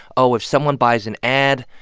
oh, if someone buys an ad,